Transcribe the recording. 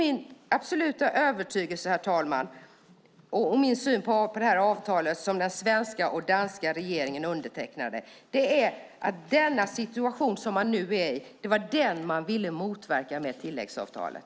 Min absoluta övertygelse och min syn på det avtal som den svenska och danska regeringen undertecknade är att den situation som man nu är i var den man ville motverka med tilläggsavtalet.